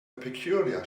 peculiarly